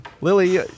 lily